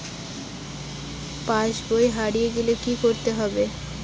পাশবই হারিয়ে গেলে কি করতে হবে?